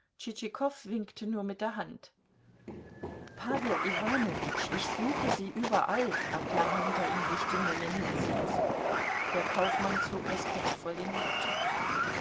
winkte nur mit der hand pawel iwanowitsch ich suche sie überall erklang hinter ihm die stimme ljenizyns der kaufmann zog respektvoll den hut